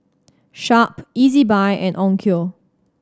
Sharp Ezbuy and Onkyo